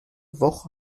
woche